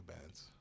bands